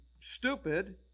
stupid